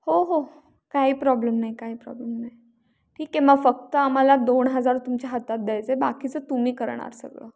हो हो काही प्रॉब्लेम नाही काही प्रॉब्लेम नाही ठीक आहे मग फक्त आम्हाला दोन हजार तुमच्या हातात द्यायचं आहे बाकीचं तुम्ही करणार सगळं